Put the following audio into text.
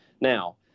Now